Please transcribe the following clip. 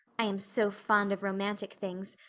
i am so fond of romantic things,